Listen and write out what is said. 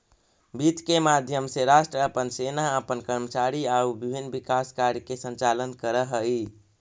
वित्त के माध्यम से राष्ट्र अपन सेना अपन कर्मचारी आउ विभिन्न विकास कार्य के संचालन करऽ हइ